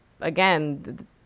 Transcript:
again